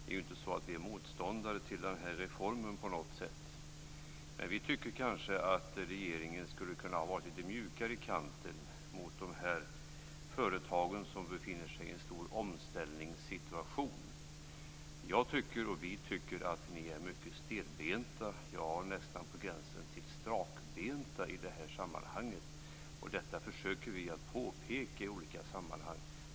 Vi är inte på något sätt motståndare till den här reformen, men vi tycker att regeringen skulle ha kunnat vara litet mjukare i kanten mot de företag som befinner sig i en situation med en stor omställning. Vi tycker att ni är mycket stelbenta, ja, nästan på gränsen till strakbenta, i det här sammanhanget. Detta försöker vi påpeka i olika sammanhang.